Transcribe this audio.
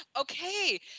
okay